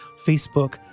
Facebook